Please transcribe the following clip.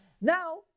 Now